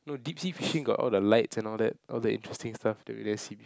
no deep sea fishing got all the lights and all that all the interesting stuff that we never see before